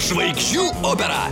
žvaigždžių opera